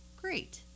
great